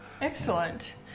excellent